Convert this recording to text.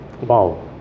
Wow